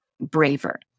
braver